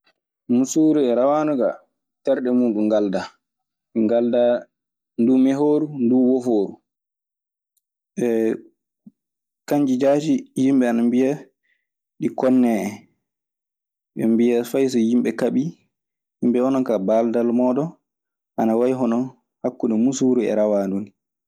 Musuuru e rawaandu ka terɗe muuɗum ngaldaa, ɗi ngaldaa ndu mehooru, ndu wofooru. Kanji jaati yimɓe ana mbiya ɗi konnee en. Eɓe mbiya fay so yimɓe kaɓii, ɓe mbiya 'onon kaa, baaldal mooɗon ana wayi hono hakkunde muusuuru e rawaandu nii.